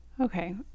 okay